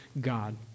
God